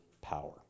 power